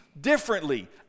differently